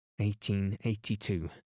1882